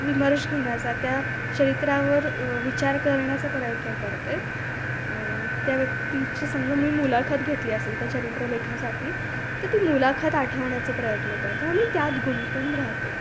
विमर्श घेण्याचा त्या चरित्रावर विचार करण्याचा प्रयत्न करते त्या व्यक्तीची समजा मी मुलाखत घेतली असेल त्या चरित्र लेखासाठी तर ती मुलाखत आठवण्याचा प्रयत्न करते मग मी त्यात गुंतून राहते